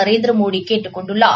நரேந்திர மோடி கேட்டுக் கொண்டுள்ளார்